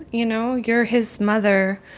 you know? you're his mother.